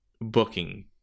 booking